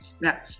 Now